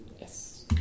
Yes